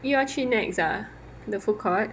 又要去 NEX ah the food court